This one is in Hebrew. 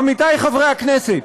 עמיתי חברי הכנסת,